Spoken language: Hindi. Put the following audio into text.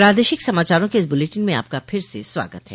प्रादेशिक समाचारों के इस बुलेटिन में आपका फिर से स्वागत है